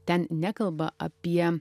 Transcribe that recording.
ten nekalba apie